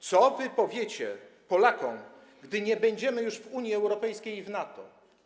Co powiecie Polakom, gdy nie będziemy już w Unii Europejskiej i w NATO?